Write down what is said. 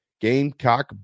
Gamecock